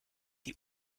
die